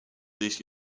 these